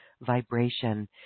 vibration